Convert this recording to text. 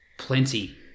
plenty